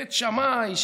בית שמאי,